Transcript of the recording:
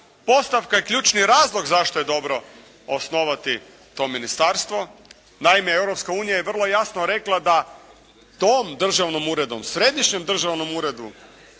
postavka i ključni razlog zašto je dobro osnovati to ministarstvo. Naime, Europska unija je vrlo jasno rekla da tom državnom uredu, Središnjem državnom uredu